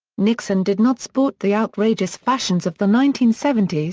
nixon did not sport the outrageous fashions of the nineteen seventy s,